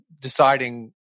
deciding